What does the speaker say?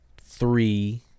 three